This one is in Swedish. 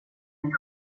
mig